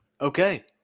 Okay